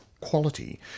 quality